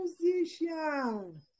musician